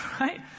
right